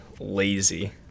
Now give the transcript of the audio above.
lazy